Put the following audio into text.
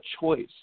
choice